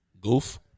Goof